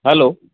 hello